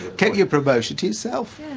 kept your promotion to yourself.